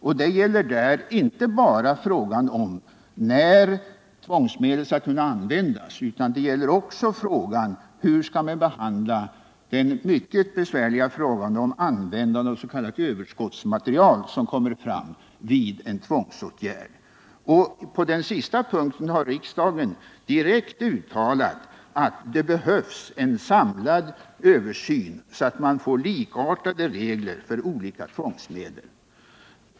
Problemet gäller inte bara när tvångsmedel skall kunna användas utan också hur man skall behandla den mycket besvärliga frågan om s.k. överskottsmaterial som kommer fram vid en tvångsåtgärd. På den sista punkten har riksdagen direkt uttalat att det behövs en samlad översyn, så att man får likartade regler för olika tvångsmedel.